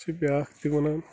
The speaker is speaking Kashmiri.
چھِ بیٛاکھ تہِ وَنان